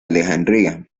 alejandría